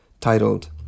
titled